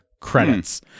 credits